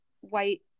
white